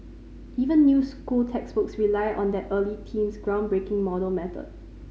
even new school textbooks rely on that early team's groundbreaking model method